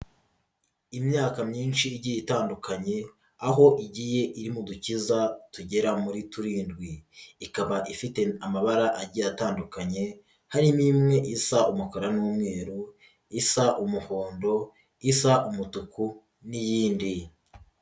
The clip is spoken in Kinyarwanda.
Imyaka myinshi igiye itandukanye aho igiye iririmo udukiza tugera muri turindwi, ikaba ifite amabara agiye atandukanye harimo imwe isa umukara n'umweru, isa umuhondo, isa umutuku n'iyindi.